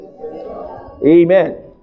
Amen